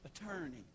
attorney